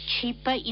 cheaper